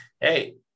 Hey